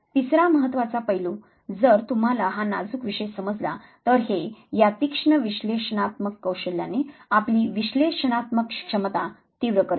तिसरा महत्त्वाचा पैलू जर तुम्हाला हा नाजूक विषय समजला तर हे या तीक्ष्ण विश्लेषणात्मक कौशल्याने आपली विश्लेषणात्मक क्षमता तीव्र करते